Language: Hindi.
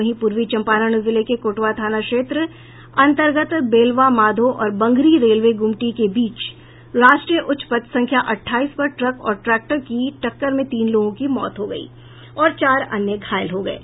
वहीं पूर्वी चंपारण जिले के कोटवा थाना क्षेत्र अंतर्गत बेलवा माधो और बंगरी रेलवे गुमटी के बीच राष्ट्रीय उच्च पथ संख्या अठाईस पर ट्रक और ट्रैक्टर की टक्कर में तीन लोगों की मौत हो गयी और चार अन्य घायल हो गये